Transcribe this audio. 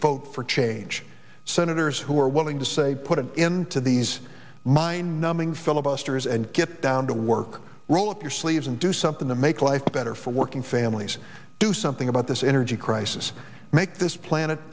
vote for change senators who are willing to say put an end to these mind numbing filibusters and get down to work roll up your sleeves and do something to make life better for working families do something about this energy crisis make this planet